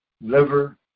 liver